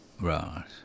Right